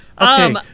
Okay